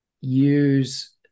use